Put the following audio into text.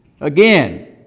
Again